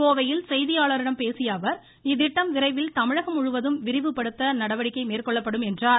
கோவையில் செய்தியாளர்களிடம் பேசிய அவர் இத்திட்டம் விரைவில் தமிழகம் முழுவதும் விரிவுபடுத்த நடவடிக்கை மேற்கொள்ளப்படும் என்றார்